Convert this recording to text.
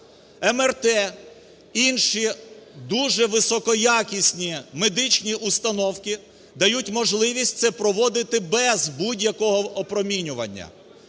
МРТ, інші дуже високоякісні медичні установки дають можливість це проводити без будь-якого опромінювання.